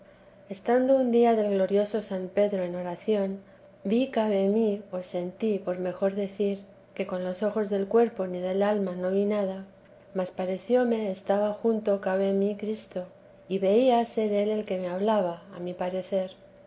estando un día del glorioso san pedro en oración vi cabe mí o sentí por mejor decir que con los ojos del cuerpo ni del alma no vi nada mas parecióme estaba junto cabe mí cristo y veía ser el el que me hablaba a mi parecer